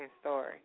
story